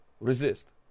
Resist